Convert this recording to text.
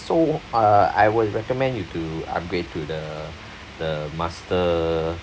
so uh I will recommend you to upgrade to the the master